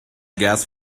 gas